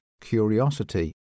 curiosity